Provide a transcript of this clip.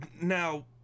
now